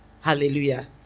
Hallelujah